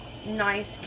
nice